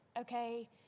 okay